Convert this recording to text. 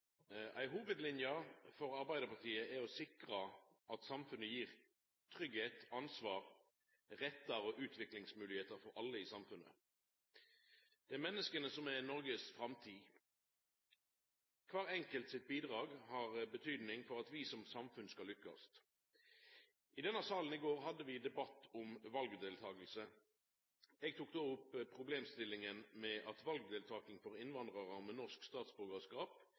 Ei hovudlinje for Arbeidarpartiet er å sikra at samfunnet gir tryggleik, ansvar, rettar og utviklingsmoglegheiter for alle. Det er menneska som er Noregs framtid. Kvar enkelt sitt bidrag har betyding for at vi som samfunn skal lykkast. I denne salen hadde vi i går debatt om valdeltaking. Eg tok då opp problemstillinga med at valdeltakinga for innvandrarar med norsk